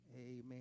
amen